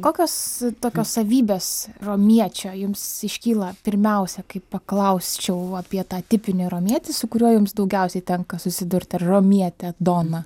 kokios tokios savybės romiečio jums iškyla pirmiausia kaip paklausčiau apie tą tipinį romietis su kuriuo jums daugiausiai tenka susidurti ir romietę doną